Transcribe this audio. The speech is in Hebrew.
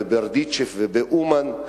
בברדיצ'ב ובאומן.